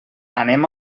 anem